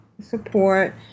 support